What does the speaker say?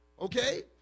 Okay